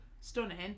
stunning